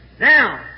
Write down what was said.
Now